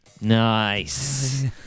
Nice